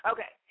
Okay